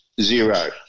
zero